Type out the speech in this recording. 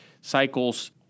cycles